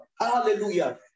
Hallelujah